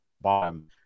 bottom